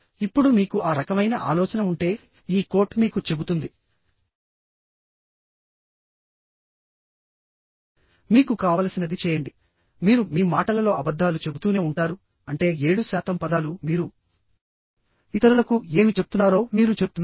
ఇప్పుడు మీకు ఆ రకమైన ఆలోచన ఉంటే ఈ కోట్ మీకు చెబుతుంది మీకు కావలసినది చేయండి మీరు మీ మాటలలో అబద్ధాలు చెబుతూనే ఉంటారు అంటే 7 శాతం పదాలు మీరు ఇతరులకు ఏమి చెప్తున్నారో మీరు చెప్తున్నారు